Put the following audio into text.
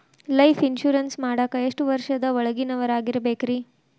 Life insurance ಮಾಡಾಕ ಎಷ್ಟು ವರ್ಷದ ಒಳಗಿನವರಾಗಿರಬೇಕ್ರಿ?